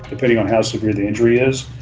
depending on how severe the injury is.